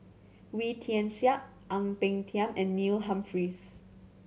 Wee Tian Siak Ang Peng Tiam and Neil Humphreys